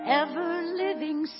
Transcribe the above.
ever-living